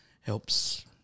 helps